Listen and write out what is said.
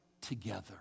together